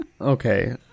Okay